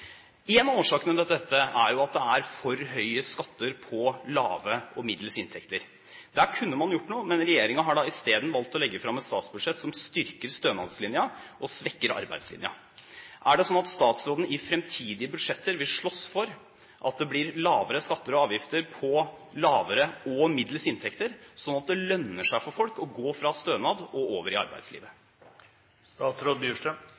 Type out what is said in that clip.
En av årsakene til dette er at det er for høye skatter på lave og middels inntekter. Der kunne man gjort noe, men regjeringen har i stedet valgt å legge fram et statsbudsjett som styrker stønadslinjen og svekker arbeidslinjen. Er det sånn at statsråden i fremtidige budsjetter vil slåss for at det blir lavere skatter og avgifter på lavere og middels inntekter, slik at det lønner seg for folk å gå fra stønad over i